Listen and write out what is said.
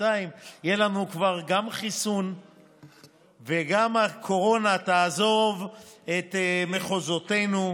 יהיה לנו כבר גם חיסון וגם הקורונה תעזוב את מחוזותינו.